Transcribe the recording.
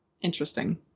interesting